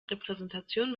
repräsentation